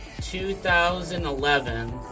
2011